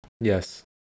yes